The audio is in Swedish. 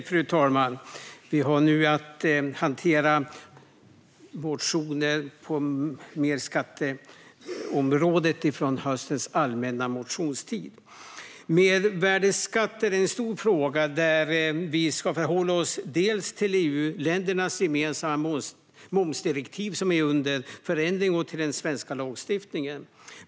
Fru talman! Vi har nu att behandla motioner på mervärdesskatteområdet från höstens allmänna motionstid. Mervärdesskatter är en stor fråga där vi ska förhålla oss dels till EU-ländernas gemensamma momsdirektiv, som är under förändring, dels till den svenska lagstiftningen.